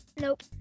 Nope